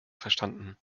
verstanden